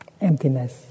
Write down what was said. emptiness